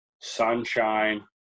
sunshine